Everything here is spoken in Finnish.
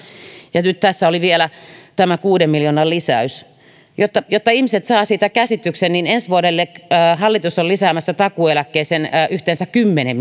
ja nyt tässä oli vielä tämä kuuden miljoonan lisäys jotta jotta ihmiset saavat siitä käsityksen niin ensi vuodelle hallitus on lisäämässä takuueläkkeeseen yhteensä kymmenen